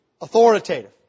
authoritative